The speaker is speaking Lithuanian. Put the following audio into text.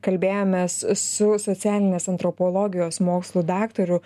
kalbėjomės su socialinės antropologijos mokslų daktaru